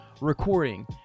recording